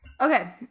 Okay